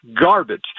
garbage